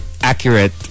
Accurate